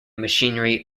machinery